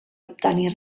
obtenir